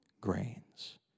grains